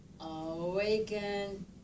Awaken